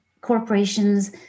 corporations